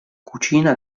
cucina